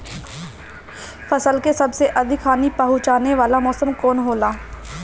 फसल के सबसे अधिक हानि पहुंचाने वाला मौसम कौन हो ला?